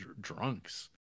drunks